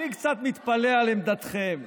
אני קצת מתפלא על עמדתכם.